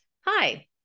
Hi